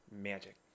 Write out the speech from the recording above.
Magic